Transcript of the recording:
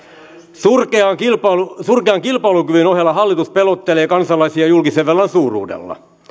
surkean kilpailukyvyn surkean kilpailukyvyn ohella hallitus pelottelee kansalaisia julkisen velan suuruudella